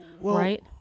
right